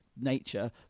nature